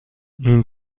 این